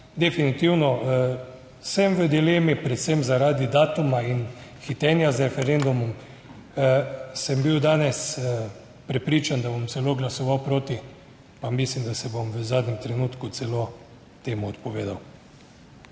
Definitivno. Sem v dilemi predvsem zaradi datuma in hitenja z referendumom. Sem bil danes prepričan, da bom celo glasoval proti, pa mislim, da se bom v zadnjem trenutku celo temu odpovedal.